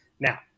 Now